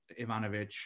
Ivanovic